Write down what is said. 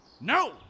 No